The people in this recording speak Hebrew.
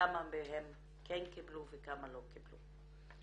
כמה מהן כן קיבלו וכמה לא קיבלו.